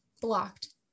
blocked